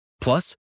Plus